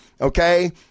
Okay